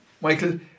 Michael